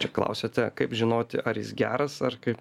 čia klausiate kaip žinoti ar jis geras ar kaip